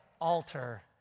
alter